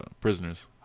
prisoners